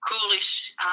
coolish